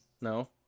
No